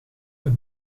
het